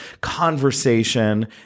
conversation